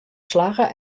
slagge